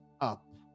up